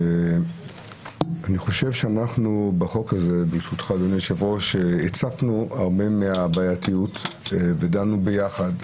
אני חושב שאנחנו בחוק הזה הצפנו הרבה מהבעייתיות ודנו ביחד,